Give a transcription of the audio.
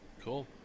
Cool